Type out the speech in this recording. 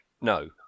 No